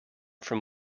from